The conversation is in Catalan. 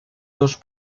dos